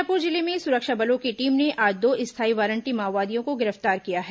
बीजापुर जिले में सुरक्षा बलों की टीम ने आज दो स्थायी वारंटी माओवादियों को गिरफ्तार किया है